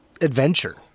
adventure